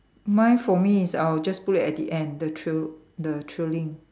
mine for me is I'll just put it at the end the trail the trailing